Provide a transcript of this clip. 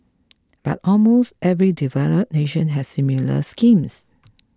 but almost every developed nation has similar schemes